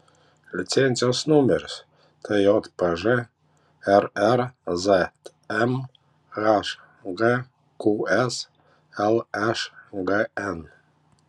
licenzijos numeris tjpž rrzm hgqs lšgn